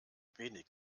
wenig